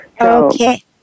Okay